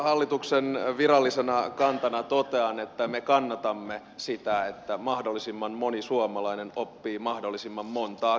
hallituksen virallisena kantana totean että me kannatamme sitä että mahdollisimman moni suomalainen oppii mahdollisimman montaa kieltä